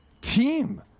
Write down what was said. team